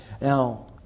Now